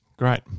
Great